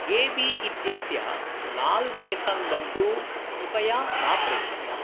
गेबी इत्यस्य लाल् बेसन् लड्डू कृपया मा प्रेषय